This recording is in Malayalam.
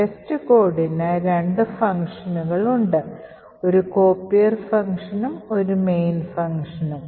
ടെസ്റ്റ്കോഡിന് രണ്ട് ഫംഗ്ഷനുകൾ ഉണ്ട് ഒരു കോപ്പിയർ ഫംഗ്ഷനും ഒരു main ഫംഗ്ഷനും